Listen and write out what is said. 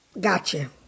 Gotcha